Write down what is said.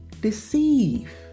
deceive